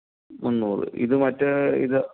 മുന്നൂർ ഇത് മറ്റെ ഇത്